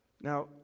Now